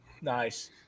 Nice